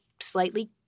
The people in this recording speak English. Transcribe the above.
slightly